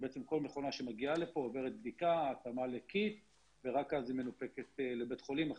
שכול מכונה שמגיעה לפה עוברת בדיקה ורק אז היא מנופקת לבית החולים,